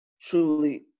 truly